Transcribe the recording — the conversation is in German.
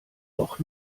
noch